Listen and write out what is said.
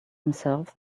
himself